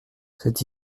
c’est